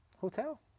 Hotel